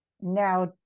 now